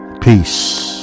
peace